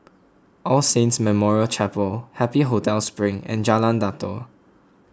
All Saints Memorial Chapel Happy Hotel Spring and Jalan Datoh